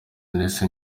nahise